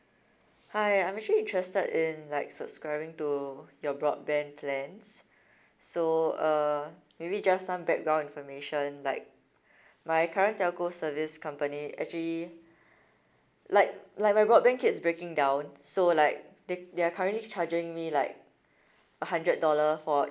hi I'm actually interested in like subscribing to your broadband plans so uh maybe just some background information like my current telco service company actually like like my broadband keeps breaking down so like they they are currently charging me like a hundred dollar for